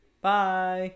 Bye